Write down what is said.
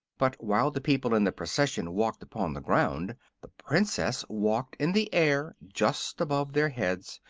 but while the people in the procession walked upon the ground the princess walked in the air just above their heads,